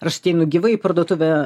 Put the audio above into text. ar aš ateinu gyvai į parduotuvę